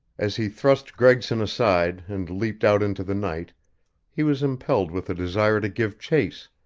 as he thrust gregson aside and leaped out into the night he was impelled with a desire to give chase,